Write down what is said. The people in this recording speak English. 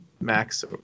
Max